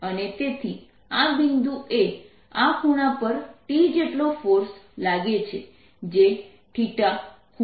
અને તેથી આ બિંદુએ આ ખૂણા પર T જેટલો ફોર્સ લાગે છે જે થીટા ખૂણા પર લાગે છે